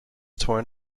torn